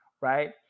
right